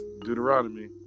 Deuteronomy